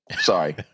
Sorry